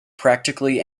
practically